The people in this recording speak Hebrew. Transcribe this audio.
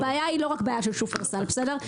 אבל הבעיה היא לא רק בעיה של שופרסל, בסדר?